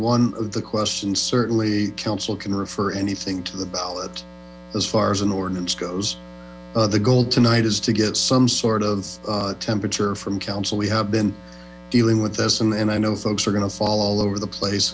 one of the questions certainly counsel can refer anything to the ballot as far as an ordinance goes the goal tonight is to get some sort of temperature from council we have been dealing with this and i know folks are going to fall all over the place